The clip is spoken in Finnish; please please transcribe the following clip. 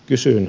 kysyn